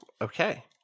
Okay